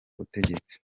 butegetsi